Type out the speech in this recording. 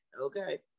Okay